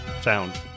Sound